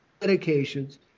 medications